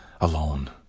alone